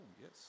yes